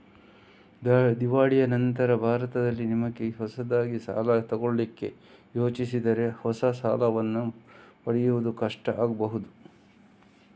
ದಿವಾಳಿಯ ನಂತ್ರ ಭಾರತದಲ್ಲಿ ನಿಮಿಗೆ ಹೊಸದಾಗಿ ಸಾಲ ತಗೊಳ್ಳಿಕ್ಕೆ ಯೋಜಿಸಿದರೆ ಹೊಸ ಸಾಲವನ್ನ ಪಡೆಯುವುದು ಕಷ್ಟ ಆಗ್ಬಹುದು